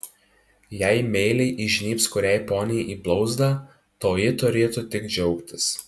jei meiliai įžnybs kuriai poniai į blauzdą toji turėtų tik džiaugtis